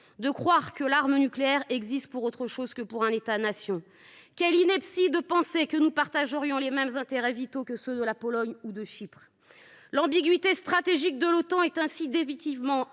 de croire que l’arme nucléaire peut exister pour autre chose que pour un État nation ! Quelle ineptie de penser que nous partagerions les intérêts vitaux de la Pologne ou de Chypre ! L’« ambiguïté stratégique » de l’Otan est ainsi définitivement